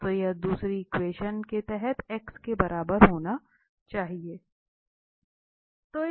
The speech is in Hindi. और यह दूसरी एक्वेशन के तहत X के बराबर होना चाहिए